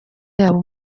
yabo